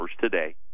today